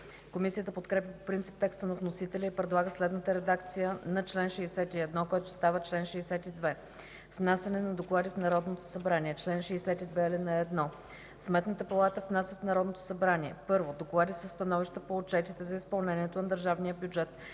Комисията подкрепя по принцип текста на вносителя и предлага следната редакция на чл. 61, който става чл. 62: „Внасяне на доклади в Народното събрание Чл. 62. (1) Сметната палата внася в Народното събрание: 1. доклади със становища по отчетите за изпълнението на държавния бюджет,